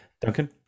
Duncan